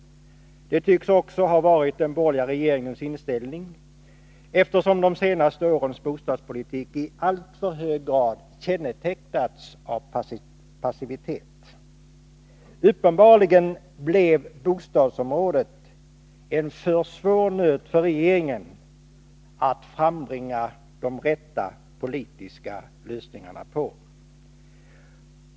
Detta tycks också ha varit den borgerliga regeringens inställning, eftersom de senaste årens bostadspolitik i alltför hög grad har kännetecknats av passivitet. Uppenbarligen blev bostadsfrågan en alltför svår nöt för den borgerliga regeringen när det gällde att åstadkomma de riktiga politiska lösningarna.